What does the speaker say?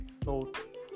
thought